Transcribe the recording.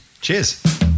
Cheers